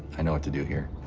i know what to do here.